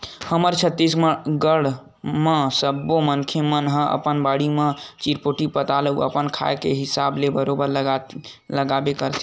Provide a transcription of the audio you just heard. हमर छत्तीसगढ़ म सब्बो मनखे मन ह अपन बाड़ी म चिरपोटी पताल ल अपन खाए के हिसाब ले बरोबर लगाबे करथे